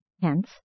hence